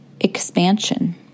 Expansion